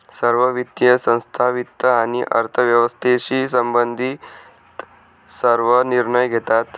सर्व वित्तीय संस्था वित्त आणि अर्थव्यवस्थेशी संबंधित सर्व निर्णय घेतात